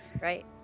right